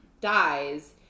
dies